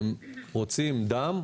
הם רוצים דם,